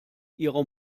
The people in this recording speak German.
ihrer